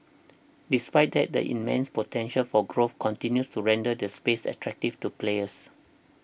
despite that the immense potential for growth continues to render the space attractive to players